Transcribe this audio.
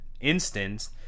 instance